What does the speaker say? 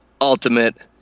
ultimate